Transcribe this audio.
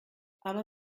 aber